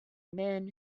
men